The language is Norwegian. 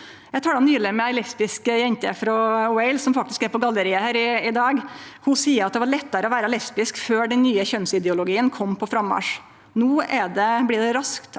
Eg tala nyleg med ei lesbisk jente frå Wales, som faktisk er på galleriet her i dag. Ho seier at det var lettare å vere lesbisk før den nye kjønnsideologien kom på frammarsj. No blir det raskt